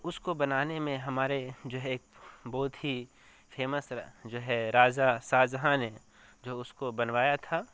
اس کو بنانے میں ہمارے جو ہے ایک بہت ہی فیمس جو ہے راجا شاہ جہاں نے جو اس کو بنوایا تھا